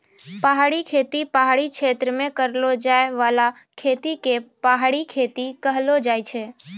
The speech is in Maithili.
पहाड़ी खेती पहाड़ी क्षेत्र मे करलो जाय बाला खेती के पहाड़ी खेती कहलो जाय छै